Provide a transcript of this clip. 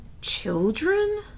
Children